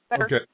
Okay